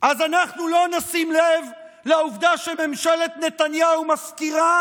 אנחנו לא נשים לב לעובדה שממשלת נתניהו מפקירה